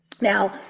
Now